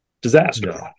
disaster